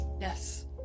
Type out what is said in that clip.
Yes